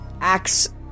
acts